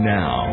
now